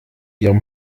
ihrem